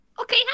Okay